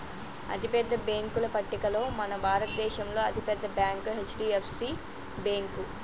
అతిపెద్ద బ్యేంకుల పట్టికలో మన భారతదేశంలో అతి పెద్ద బ్యాంక్ హెచ్.డి.ఎఫ్.సి బ్యేంకు